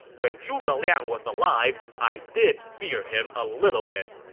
when zhuge liang was alive, i did fear him a little bit.